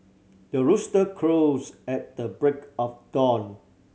the rooster crows at the break of dawn